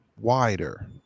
wider